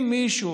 אם למישהו